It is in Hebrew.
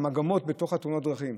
המגמות בתוך תאונות הדרכים.